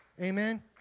Amen